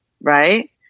Right